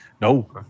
No